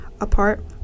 apart